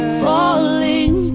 falling